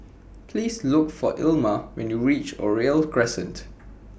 Please Look For Ilma when YOU REACH Oriole Crescent